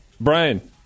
Brian